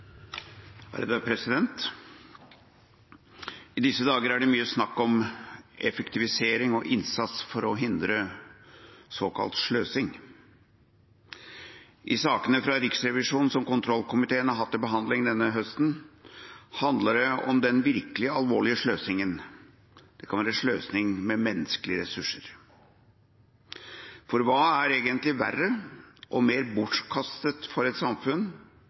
I disse dager er det mye snakk om effektivisering og innsats for å hindre såkalt sløsing. I sakene fra Riksrevisjonen som kontrollkomiteen har hatt til behandling denne høsten, handler det om den virkelig alvorlige sløsingen – sløsing med menneskelige ressurser. Hva er egentlig verre og mer bortkastet for et samfunn